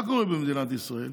מה קורה במדינת ישראל?